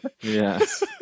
Yes